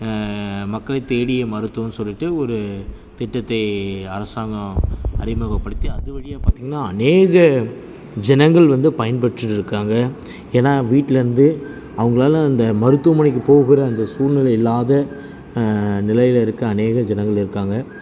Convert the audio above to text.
மக்களை தேடிய மருத்துவம்ன்னு சொல்லிவிட்டு ஒரு திட்டத்தை அரசாங்கம் அறிமுகப்படுத்தி அது வழியாக பார்த்திங்கன்னா அநேக ஜனங்கள் வந்து பயன்பெற்றுருக்காங்க ஏன்னா வீட்ல இருந்து அவங்களால் அந்த மருத்துவமனைக்கு போகிற அந்த சூழ்நிலை இல்லாத நிலையில இருக்க அநேக ஜனங்கள் இருக்காங்க